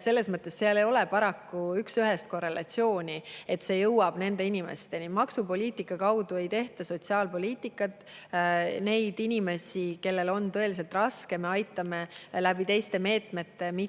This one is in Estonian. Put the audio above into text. Selles mõttes ei ole paraku üksühest korrelatsiooni, et see jõuab inimesteni. Maksupoliitika kaudu ei tehta sotsiaalpoliitikat. Neid inimesi, kellel on tõeliselt raske, me aitame teiste meetmetega, mitte